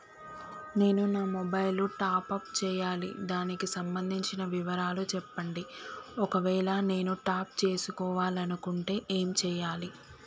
నేను నా mobile top up చేయాలి దానికి సంబంధించిన వివరాలు చెప్పండి ఒకవేళ నేను టాప్ చేసుకోవాలనుకుంటే ఏం చేయాలి?